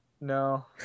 No